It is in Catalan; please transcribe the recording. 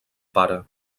pare